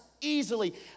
easily